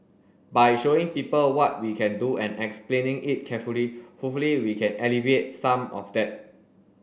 by showing people what we can do and explaining it carefully hopefully we can alleviate some of that